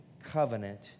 covenant